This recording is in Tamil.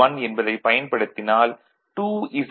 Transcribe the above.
1 என்பதை பயன்படுத்தினால் 2Z 0